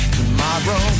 Tomorrow